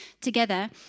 together